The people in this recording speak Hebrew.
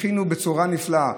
הכינו בצורה נפלאה,